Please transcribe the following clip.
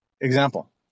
Example